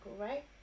right